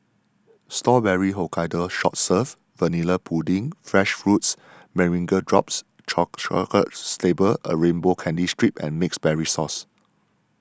Strawberry Hokkaido soft serve vanilla pudding fresh fruits meringue drops chocolate sable a rainbow candy strip and mixed berries sauce